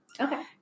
Okay